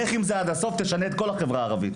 לך עם זה עד הסוף, תשנה את כל החברה הערבית.